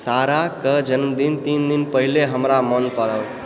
साराक जन्मदिन तीन दिन पहिले हमरा मोन पाड़ब